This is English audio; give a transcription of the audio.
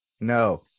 No